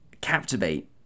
captivate